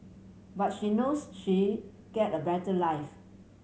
but she knows she get a better life